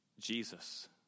Jesus